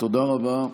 תודה רבה.